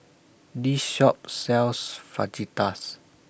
This Shop sells Fajitas